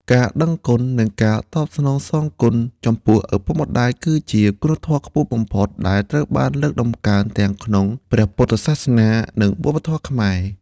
ការដឹងគុណ និងការតបស្នងគុណចំពោះឪពុកម្តាយ គឺជាគុណធម៌ខ្ពស់បំផុតដែលត្រូវបានលើកតម្កើងទាំងក្នុងព្រះពុទ្ធសាសនា និងវប្បធម៌ខ្មែរ។